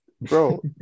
Bro